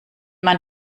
man